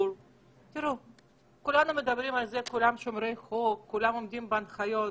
כולם שומרים על החוק ועומדים בהנחיות.